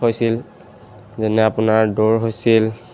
হৈছিল যেনে আপোনাৰ দৌৰ হৈছিল